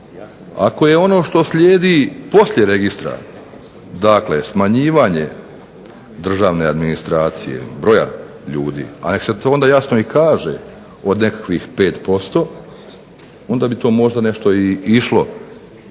Ako je ono što slijedi poslije registra, dakle smanjivanje državne administracije, broja ljudi, a nek se to onda jasno i kaže od nekakvih 5% onda bi to možda nešto i išlo,